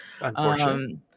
Unfortunately